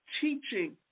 teaching